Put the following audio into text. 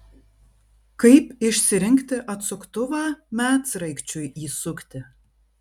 kaip išsirinkti atsuktuvą medsraigčiui įsukti